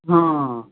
हँ